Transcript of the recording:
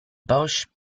bush